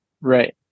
right